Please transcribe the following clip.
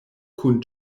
kun